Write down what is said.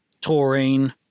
taurine